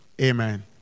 Amen